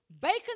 bacon